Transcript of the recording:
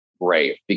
great